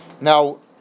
Now